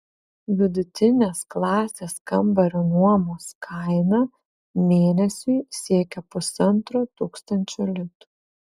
vidutinės klasės kambario nuomos kaina mėnesiui siekia pusantro tūkstančio litų